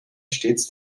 stets